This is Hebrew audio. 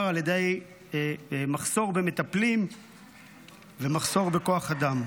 על ידי מחסור במטפלים ומחסור בכוח אדם.